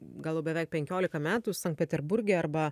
gal jau beveik penkiolika metų sankt peterburge arba